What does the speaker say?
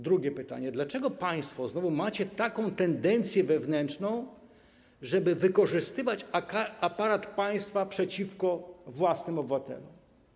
Drugie pytanie: Dlaczego państwo znowu macie wewnętrzną tendencję, żeby wykorzystywać aparat państwa przeciwko własnym obywatelom?